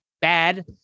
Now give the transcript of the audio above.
bad